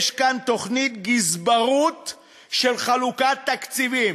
יש כאן תוכנית גזברות של חלוקת תקציבים.